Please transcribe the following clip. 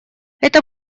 это